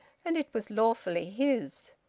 and it was lawfully his.